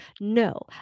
No